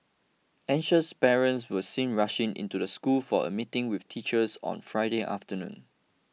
anxious parents were seen rushing into the school for a meeting with teachers on Friday afternoon